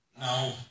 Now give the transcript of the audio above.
No